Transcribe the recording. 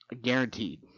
guaranteed